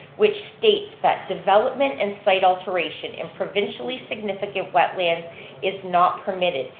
which states that development and site alteration in provincially significant wetlands is not permitted.